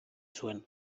zuen